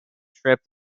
trip